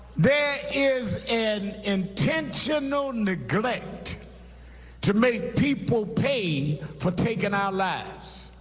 there is an intentional neglect to make people pay for taking our lives.